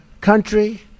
country